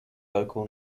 local